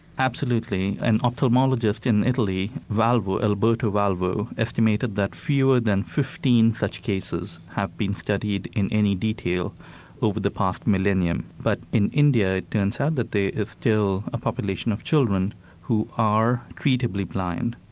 absolutely. an ophthalmologist in italy, alberto valvo, estimated that fewer than fifteen such cases have been studied in any detail over the past millennium, but in india turns out that there is still a population of children who are treatably blind.